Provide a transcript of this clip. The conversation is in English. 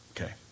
Okay